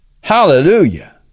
Hallelujah